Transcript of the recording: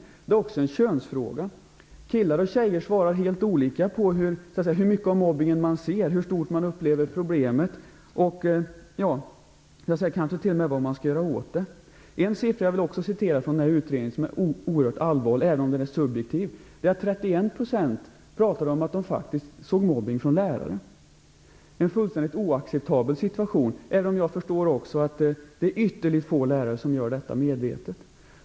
Det är också en könsfråga. Killar och tjejer svarar helt olika på hur mycket av mobbningen man ser, hur stort man upplever problemet och kanske till och med vad man anser skall göras åt det. En siffra som jag också vill citera från den nämnda utredningen och som är oerhört allvarlig, även om den är subjektiv, är att 31 % pratar om att de sett mobbning från lärare. Det är en fullständigt oacceptabel situation, även om jag också förstår att det är ytterligt få lärare som gör detta medvetet.